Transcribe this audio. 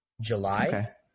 July